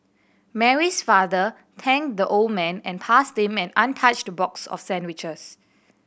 Mary's father thanked the old man and passed him an untouched box of sandwiches